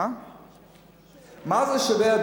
מה זה משנה,